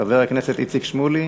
חבר הכנסת איציק שמולי